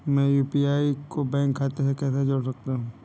मैं यू.पी.आई को बैंक खाते से कैसे जोड़ सकता हूँ?